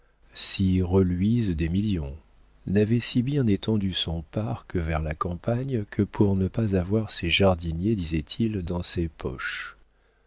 cy reluisent des millions n'avait si bien étendu son parc vers la campagne que pour ne pas avoir ses jardiniers disait-il dans ses poches